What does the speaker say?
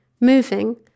moving